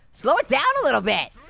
slow it down a little bit.